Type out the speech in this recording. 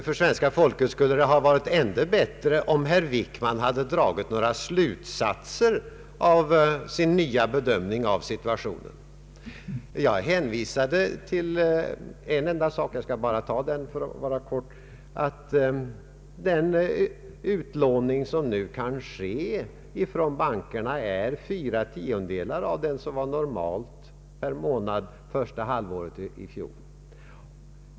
För svenska folket skulle det självfallet ha varit ännu bättre om herr Wickman dragit några slutsatser av sin nya bedömning av situationen. Jag hänvisade till en enda sak — för att fatta mig kort skall jag bara ta upp den. Den utlåning som nu kan ske från kreditinstituten är fyra tiondelar av den utlåning som var normal per månad under första halvåret i fjol.